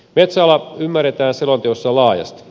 metsäala ymmärretään selonteossa laajasti